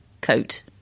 coat